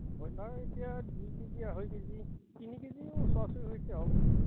broiler এতিয়া দুই KG আঢ়ৈ কেজি তিনি কেজিও ওচৰা ওচৰি হৈছে আৰু